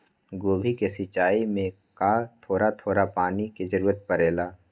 गोभी के सिचाई में का थोड़ा थोड़ा पानी के जरूरत परे ला?